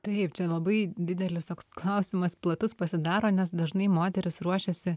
taip čia labai didelis toks klausimas platus pasidaro nes dažnai moteris ruošiasi